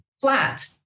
flat